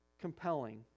compelling